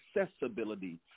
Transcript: accessibility